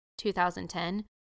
2010